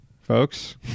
folks